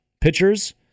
pitchers